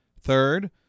Third